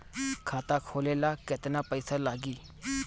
खाता खोले ला केतना पइसा लागी?